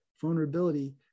vulnerability